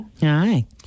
Hi